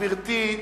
גברתי,